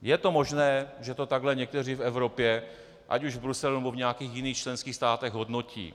Je to možné, že to takhle někteří v Evropě, ať už v Bruselu, nebo v nějakých jiných členských státech, hodnotí.